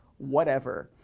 whatever!